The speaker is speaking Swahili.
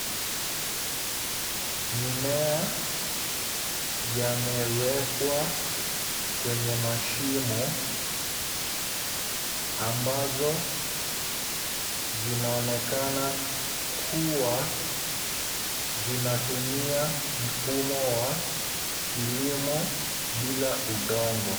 Mimea yamewekwa kwenye mashimo ambazo zinaonekana kuwa zinatumia mfumo wa kilimo bila udongo.